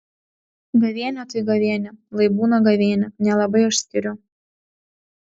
gavėnia tai gavėnia lai būna gavėnia nelabai aš skiriu